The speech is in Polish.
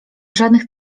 żadnych